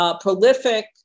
prolific